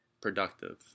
productive